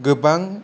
गोबां